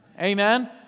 Amen